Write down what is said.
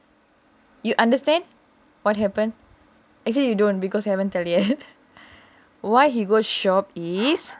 you understand what happen actually you don't because I haven't tell you why he go shop is